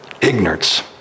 ignorance